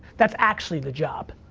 that's actually the job.